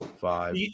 five